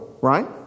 right